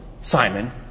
Simon